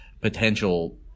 potential